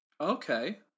Okay